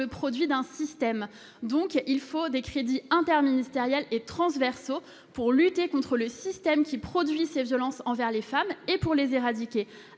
produit d'un système. Il faut donc des crédits interministériels et transversaux pour lutter contre le système qui produit ces violences et pour les éradiquer.